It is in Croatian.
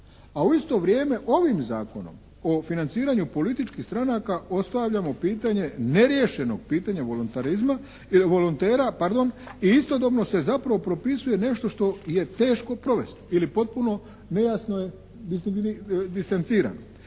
a u isto vrijeme ovim Zakonom o financiranju političkih stranaka ostavljamo pitanje neriješenog pitanja volontera i istodobno se zapravo propisuje nešto što je teško provesti ili potpuno nejasno je distancirano.